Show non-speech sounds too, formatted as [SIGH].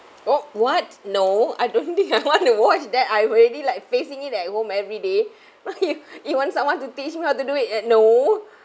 !ow! what no I don't think [LAUGHS] I want to watch that I already like facing it at home everyday [BREATH] now you [BREATH] you want someone to teach me how to do it eh no [BREATH]